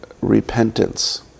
repentance